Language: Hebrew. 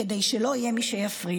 כדי שלא יהיה מי שיפריע.